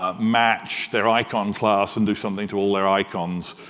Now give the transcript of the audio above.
ah match their icon class and do something to all their icons.